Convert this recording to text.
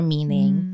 Meaning